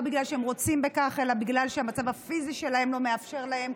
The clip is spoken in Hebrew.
לא בגלל שהם רוצים בכך אלא בגלל שהמצב הפיזי שלהם לא מאפשר להם.